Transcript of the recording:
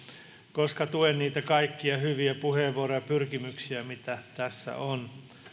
koska tuen kaikkia niitä hyviä puheenvuoroja ja pyrkimyksiä mitä tässä on